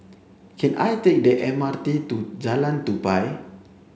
can I take the M R T to Jalan Tupai